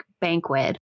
banquet